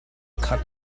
khat